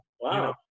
Wow